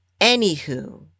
Anywho